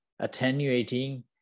attenuating